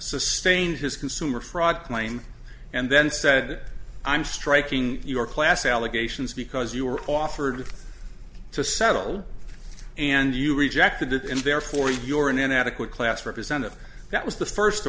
sustained his consumer fraud claim and then said i'm striking your class allegations because you were offered to settle and you rejected it and therefore you're an inadequate class representative that was the first